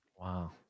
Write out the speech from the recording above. Wow